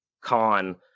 con